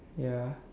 ya